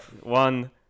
one